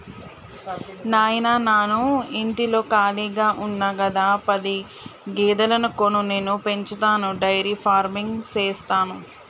నాయిన నాను ఇంటిలో కాళిగా ఉన్న గదా పది గేదెలను కొను నేను పెంచతాను డైరీ ఫార్మింగ్ సేస్తాను